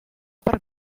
per